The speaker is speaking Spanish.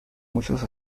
muchos